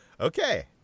Okay